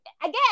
again